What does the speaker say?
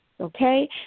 Okay